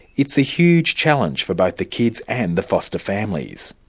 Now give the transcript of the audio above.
it's a huge challenge for both the kids and the foster families.